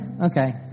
okay